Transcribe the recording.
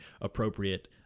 appropriate